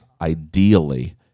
ideally